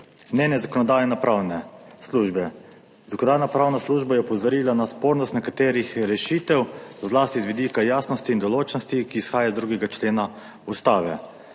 Zakonodajno-pravna služba je opozorila na spornost nekaterih rešitev, zlasti z vidika jasnosti in določnosti, ki izhajata iz 2. člena Ustave.